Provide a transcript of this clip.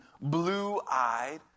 blue-eyed